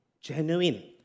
genuine